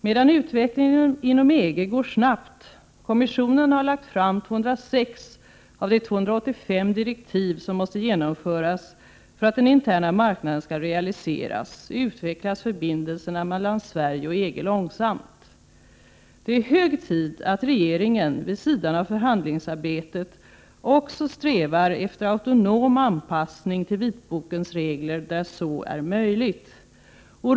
Medan utvecklingen inom EG nu går snabbt — kommissionen har lagt fram 206 av de 285 direktiv som måste genomföras för att den interna marknaden skall realiseras — utvecklas förbindelserna mellan Sverige och EG långsamt. Det är hög tid att regeringen vid sidan av förhandlingsarbetet också strävar efter autonom anpassning till vitbokens regler där så är möjligt.